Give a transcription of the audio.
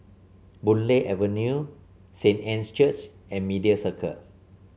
Boon Lay Avenue Saint Anne's Church and Media Circle